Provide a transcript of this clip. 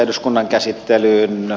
arvoisa puhemies